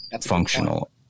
functional